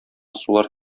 сулар